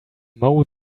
mow